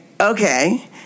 okay